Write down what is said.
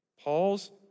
Paul's